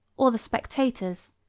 or the spectators,